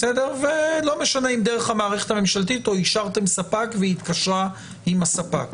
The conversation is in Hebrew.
ולא משנה אם דרך המערכת הממשלתית או אישרתם ספק והיא התקשרה עם הספק,